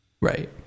right